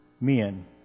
men